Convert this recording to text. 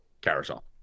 Carousel